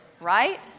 right